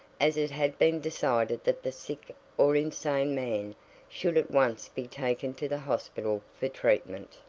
as it had been decided that the sick or insane man should at once be taken to the hospital for treatment.